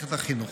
מערכת החינוך.